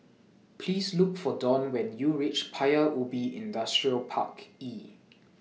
Please Look For Dawn when YOU REACH Paya Ubi Industrial Park E